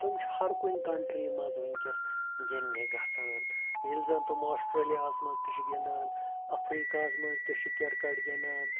تِم چھِ ہرکُنہِ کَنٹِرٛی منٛز وٕنۍکٮ۪س گِنٛدنہِ گژھان ییٚلہِ زَن تِم آسٹرٛیلیاہَس منٛز تہِ چھِ گِںٛدان اَفریٖکاہَس منٛز تہِ چھِ کِرکَٹ گِںٛدان